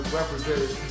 represented